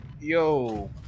yo